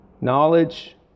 knowledge